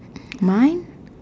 mine